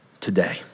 today